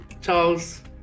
Charles